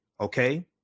Okay